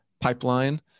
Pipeline